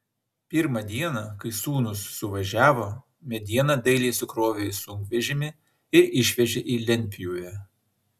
pirmą dieną kai sūnūs suvažiavo medieną dailiai sukrovė į sunkvežimį ir išvežė į lentpjūvę